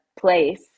place